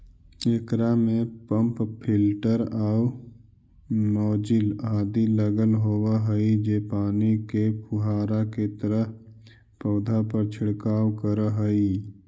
एकरा में pump filter आउ नॉजिल आदि लगल होवऽ हई जे पानी के फुहारा के तरह पौधा पर छिड़काव करऽ हइ